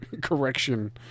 correction